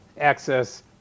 access